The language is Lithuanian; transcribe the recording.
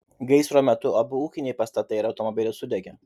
gaisro metu abu ūkiniai pastatai ir automobilis sudegė